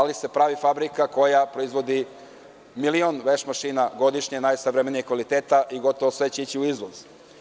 Ovde se pravi fabrika koja proizvodi milion veš mašina godišnje, najsavremenijeg kvaliteta i gotovo sve će ići u izvoz.